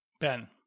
Ben